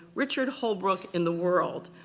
richard holbrooke in the world,